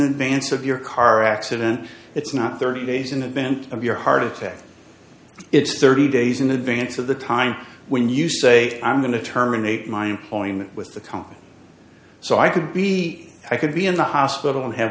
advance of your car accident it's not thirty days in event of your heart attack it's thirty days in advance of the time when you say i'm going to terminate my point with the company so i could be i could be in the hospital and have